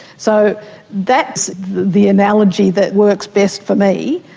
so that's the analogy that works best for me.